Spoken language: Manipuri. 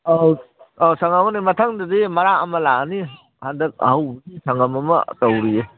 ꯑꯥ ꯑꯥꯎ ꯁꯪꯉꯝ ꯑꯃꯅꯦ ꯃꯊꯪꯗꯗꯤ ꯃꯔꯥꯛ ꯑꯃ ꯂꯥꯛꯑꯅꯤ ꯍꯟꯗꯛ ꯑꯍꯧꯕꯒꯤ ꯁꯪꯉꯝ ꯑꯃ ꯇꯧꯔꯤꯌꯦ